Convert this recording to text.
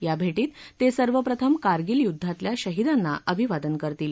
या भेटीत ते सर्वप्रथम कारगिल युद्वातल्या शहिदांना अभिवादन करतील